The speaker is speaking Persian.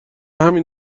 همین